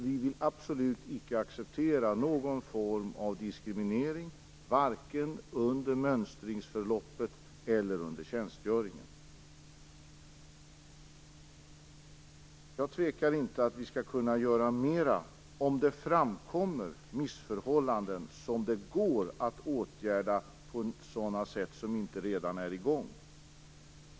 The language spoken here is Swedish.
Vi vill absolut icke acceptera någon form av diskriminering, varken under mönstringsförloppet eller under tjänstgöringen. Jag tvekar inte om att vi kan göra mera om det framkommer missförhållanden som går att åtgärda och där detta inte redan är i gång.